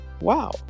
Wow